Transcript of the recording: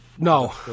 No